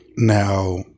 Now